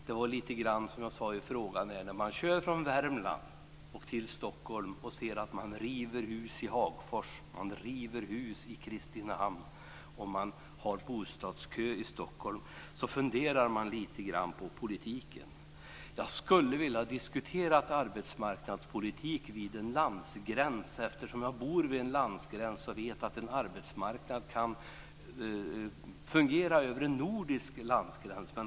Som jag sade i repliken: När man kör från Värmland till Stockholm och ser att det rivs hus i Hagfors och i Kristinehamn, samtidigt som det är bostadskö i Stockholm, funderar man lite grann på politiken. Jag skulle ha velat diskutera arbetsmarknadspolitik vid en landgräns, eftersom jag bor vid en landgräns och vet att en arbetsmarknad kan fungera över en nordisk landgräns.